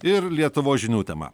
ir lietuvos žinių tema